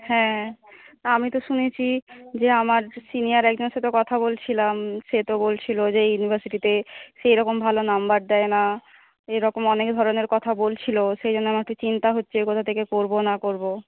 হ্যাঁ আমি তো শুনেছি যে আমার সিনিওর একজনের সাথে কথা বলছিলাম সে তো বলছিল যে ইউনিভারসিটিতে সেই রকম ভাল নাম্বার দেয় না এই রকম আনেক ধরনের কথা বলছিল সে জন্য আমার তো চিন্তা হচ্ছে কোথা থেকে করব না করব